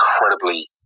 incredibly